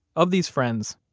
of these friends,